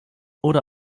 oder